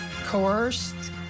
coerced